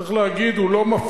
צריך להגיד: הוא לא מפלה.